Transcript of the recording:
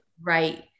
Right